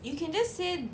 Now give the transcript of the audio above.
you can just say